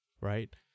right